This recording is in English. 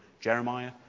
Jeremiah